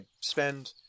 spend